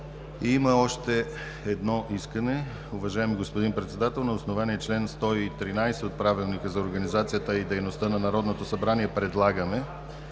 Има още едно искане: „Уважаеми господин Председател, на основание чл. 113 от Правилника за организацията и дейността на Народното събрание предлагаме: